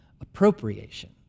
appropriation